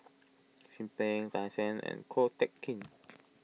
Chin Peng Tan Shen and Ko Teck Kin